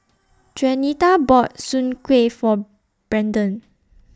Juanita bought Soon Kway For Branden